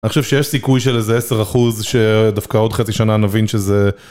עכשו שיש סיכוי של איזה 10% שדווקא עוד חצי שנה נבין שזה...